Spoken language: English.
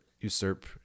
usurp